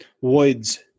woods